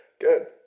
Good